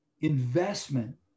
investment